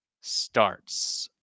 starts